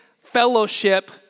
fellowship